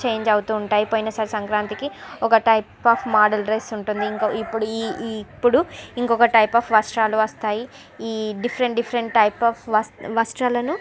change అవుతూ ఉంటాయి పోయినసారి సంక్రాంతికి ఒక టైప్ ఆఫ్ మోడల్ డ్రెస్ ఉంటుంది ఇంకో ఇప్పుడు ఈ ఈ ఇప్పుడు ఇంకొక టైప్ ఆఫ్ వస్త్రాలు వస్తాయి ఈ డిఫరెంట్ డిఫరెంట్ టైప్ అఫ్ వస్త్ వస్త్రాలను